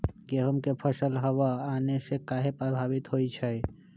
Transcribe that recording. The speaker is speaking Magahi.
गेंहू के फसल हव आने से काहे पभवित होई छई?